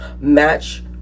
match